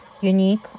unique